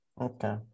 okay